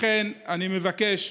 לכן אני מבקש,